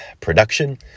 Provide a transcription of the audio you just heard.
production